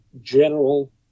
general